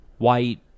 White